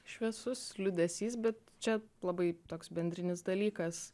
šviesus liūdesys bet čia labai toks bendrinis dalykas